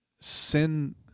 sin